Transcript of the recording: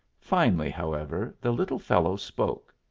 finally, however, the little fellow spoke.